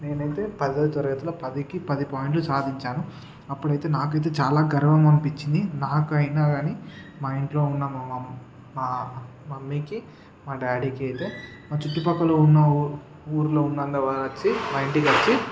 నేనయితే పదో తరగతిలో పదికి పది పాయింట్లు సాధించాను అప్పుడైతే నాకైతే చాలా గర్వవనిపించింది నాకైనా కానీ మా ఇంట్లో ఉన్న మా మమ్మీ మా మమ్మీకి మా డాడీకయితే మా చుట్టు పక్కల ఉన్న ఊరులో ఉన్న వాళ్ళు వచ్చి మా ఇంటికొచ్చి